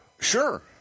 Sure